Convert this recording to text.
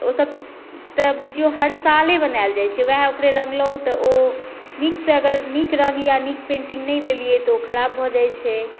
ओ सभ तैँ बुझियौ हर साले बनाएल जाइ छै वएह ओकरे रङ्गलहुँ तऽ ओ नीक सॅं अगर नीक रङ्ग या नीक पेन्टिंग नहि देलियै तऽ ओ खराब भऽ जाइ छै